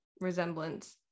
resemblance